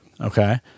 Okay